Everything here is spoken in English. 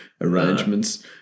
arrangements